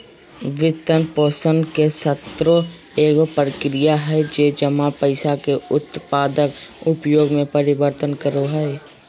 वित्तपोषण के स्रोत एगो प्रक्रिया हइ जे जमा पैसा के उत्पादक उपयोग में परिवर्तन करो हइ